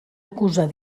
acusar